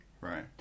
Right